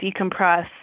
decompress